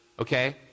okay